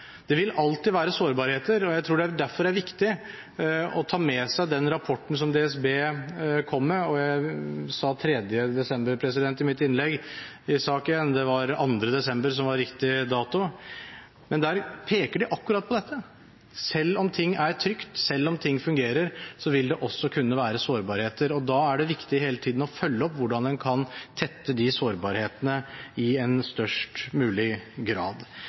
Det vil alltid være sårbarheter. Jeg tror derfor det er viktig å ta med seg den rapporten som DSB kom med – jeg sa 3. desember i mitt innlegg i sak 1, det er 2. desember som er riktig dato. Der peker de på akkurat dette: Selv om ting er trygt, selv om ting fungerer, vil det også kunne være sårbarheter. Da er det viktig hele tiden å følge opp hvordan en kan tette de sårbarhetene i en størst mulig grad.